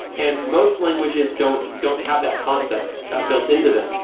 and most languages don't don't have that concept ah built into them,